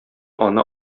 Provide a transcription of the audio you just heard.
аны